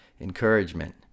encouragement